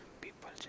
people